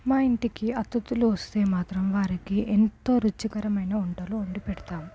మా ఇంటికి అతిథులు వస్తే మాత్రం వారికి ఎంతో రుచికరమైన వంటలు వండి పెడతాము